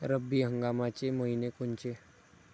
रब्बी हंगामाचे मइने कोनचे?